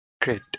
Great